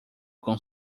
com